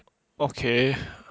okay